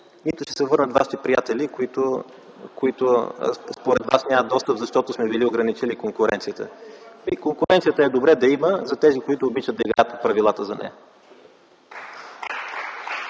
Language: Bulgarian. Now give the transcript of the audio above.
Нито ще се върнат Вашите приятели, които, според Вас, нямат достъп, защото сме били ограничили конкуренцията. Добре е да я има конкуренция за тези, които обичат да играят по правилата за нея.